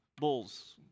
bulls